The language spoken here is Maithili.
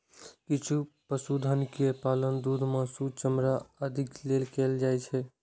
किछु पशुधन के पालन दूध, मासु, चमड़ा आदिक लेल कैल जाइ छै